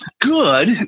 good